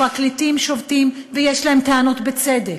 הפרקליטים שובתים, ויש להם טענות, בצדק.